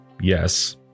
yes